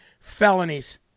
felonies